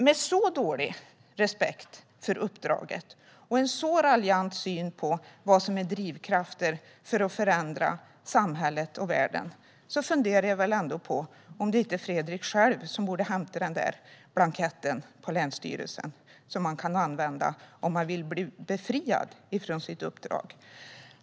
Med så dålig respekt för uppdraget och en så raljant syn på vad som är drivkrafter för att förändra samhället och världen är frågan om det inte är Fredrik själv som borde hämta blanketten på länsstyrelsen som man kan använda om man vill bli befriad från sitt uppdrag.